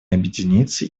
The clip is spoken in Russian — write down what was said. объединиться